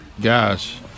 Guys